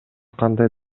кандай